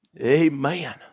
Amen